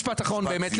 משפט אחרון באמת.